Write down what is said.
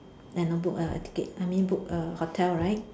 and a book a ticket I mean book a hotel right